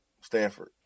Stanford